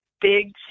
big